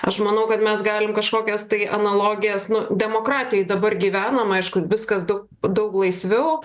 aš manau kad mes galim kažkokias tai analogijas nu demokratijoj dabar gyvenam aišku viskas daug daug laisviau